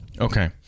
Okay